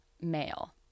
male